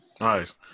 Nice